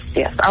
yes